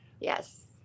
Yes